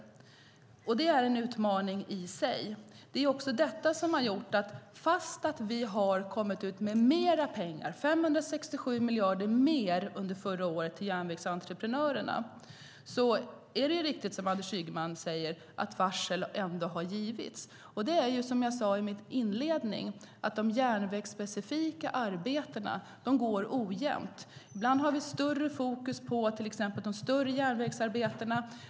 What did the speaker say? Det i sig är en utmaning. Det har gjort att trots att vi kommit med mer pengar till järnvägsentreprenörerna - 567 miljoner mer under förra året - har det, vilket Anders Ygeman mycket riktigt säger, lagts varsel. Som jag sade i mitt inledande svar går de järnvägsspecifika arbetena ojämnt. Ibland har vi till exempel större fokus på de stora järnvägsarbetena.